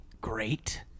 great